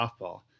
softball